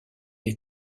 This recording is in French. est